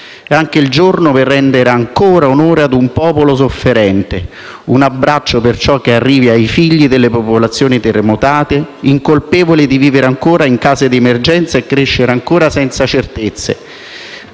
anche il giorno per rendere ancora onore ad un popolo sofferente; un abbraccio, perciò, che arrivi ai figli delle popolazioni terremotate, incolpevoli di vivere ancora in case di emergenza e crescere ancora senza certezze.